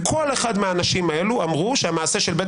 וכל אחד מהאנשים האלה אמרו שהמעשה של בית